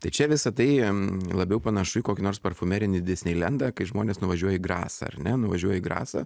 tai čia visa tai labiau panašu į kokį nors parfumerinį disneilendą kai žmonės nuvažiuoja į grasą ar ne nuvažiuoja į grasą